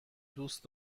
دوست